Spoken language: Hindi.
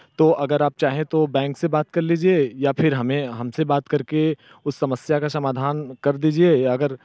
तो अगर आप चाहें तो बैंक से बात कर लीजिए या फिर हमें हम से बात कर के उस समस्या का समाधान कर दीजिए अगर